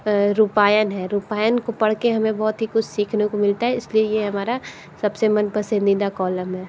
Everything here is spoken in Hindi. रूपायन है रूपायन को पढ़ कर हमें बहुत ही कुछ सीखने को मिलता है इसलिए यह हमारा सबसे मन पसंदीदा कॉलम है